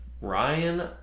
Ryan